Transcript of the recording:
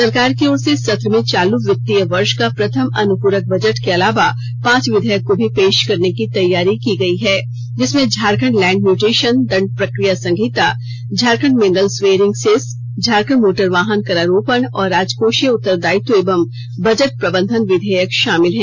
सरकार की ओर से सत्र में चालू वित्तीय वर्ष का प्रथम अनुपूरक बजट के अलावा पांच विधेयकों को भी पेश करने की तैयारी की गयी है जिसमें झारखंड लैंड म्यूटेशन दंड प्रक्रिया संहिता Jharkhand mineral bearing cess Jharkhand motor वाहन करारोपण और राजकोषीय उत्तरदायित्व एवं बजट प्रबंधन विधेयक शामिल है